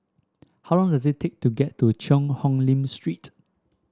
how long does it take to get to Cheang Hong Lim Street